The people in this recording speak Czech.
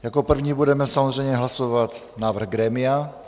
Jako první budeme samozřejmě hlasovat návrh grémia.